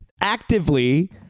actively